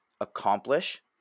accomplish